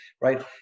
right